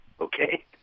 Okay